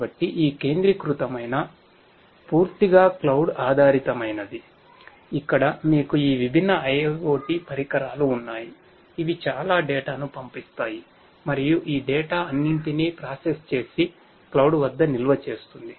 కాబట్టి కేంద్రీకృతమై పూర్తిగా క్లౌడ్ వద్ద నిల్వ చేస్తుంది